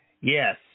Yes